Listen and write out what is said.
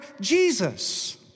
Jesus